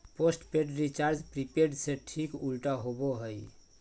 postpaid recharge prepaid के ठीक उल्टा होबो हइ